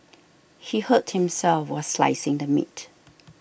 he hurt himself while slicing the meat